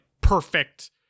perfect –